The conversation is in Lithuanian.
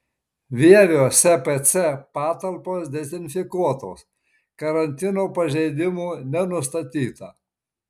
vievio spc patalpos dezinfekuotos karantino pažeidimų nenustatyta